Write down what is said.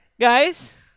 Guys